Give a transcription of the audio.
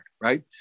right